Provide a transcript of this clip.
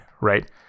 right